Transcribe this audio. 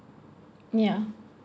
yeah